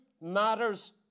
matters